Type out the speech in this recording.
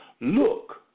look